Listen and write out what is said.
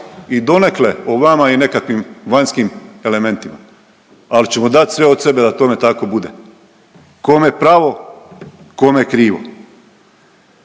i donekle o vama i nekakvim vanjskim elementima. Ali ćemo dat sve od sebe da tome tako bude, kome pravo, kome krivo.